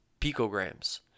picograms